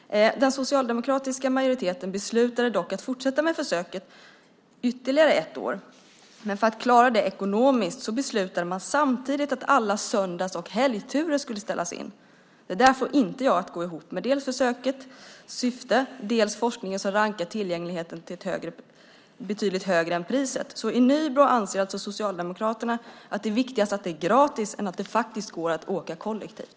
Den socialdemokratiska majoriteten beslutade dock att fortsätta med försöket ytterligare ett år. För att klara det ekonomiskt beslutade man samtidigt att alla söndags och helgturer skulle ställas in. Det där får inte jag att gå ihop med dels försökets syfte, dels forskningen som rankat tillgängligheten betydligt högre än priset. I Nybro anser alltså Socialdemokraterna att det är viktigare att det är gratis än att det faktiskt går att åka kollektivt.